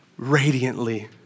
Radiantly